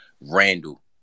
Randall